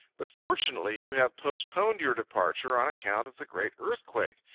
but fortunately you have postponed your departure on account of the great earthquake,